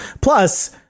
Plus